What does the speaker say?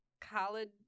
college